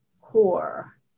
core